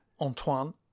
Antoine